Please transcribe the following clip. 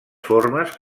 formes